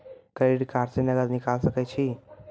Credit card से नगद निकाल सके छी?